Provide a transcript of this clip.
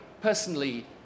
personally